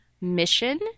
mission